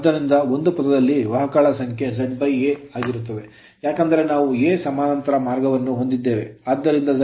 ಆದ್ದರಿಂದ ಒಂದು ಪಥದಲ್ಲಿ ವಾಹಕಗಳ ಸಂಖ್ಯೆ ZA ಆಗಿರುತ್ತದೆ ಏಕೆಂದರೆ ನಾವು A ಸಮಾನಾಂತರ ಮಾರ್ಗವನ್ನು ಹೊಂದಿದ್ದೇವೆ ಆದ್ದರಿಂದ ZA